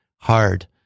Hard